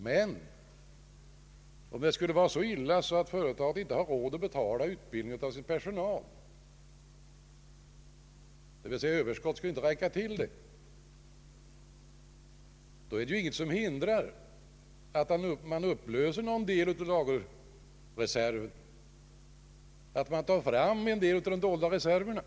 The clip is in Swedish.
Men om det skulle vara så illa att ett företag inte har råd att betala utbildning av sin personal — d. v. s. om överskottet inte skulle räcka till för det ändamålet — är det ingenting som hindrar att företaget upplöser någon del av lagerreserven, att man tar fram en del av de dolda reserverna.